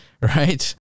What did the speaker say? right